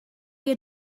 your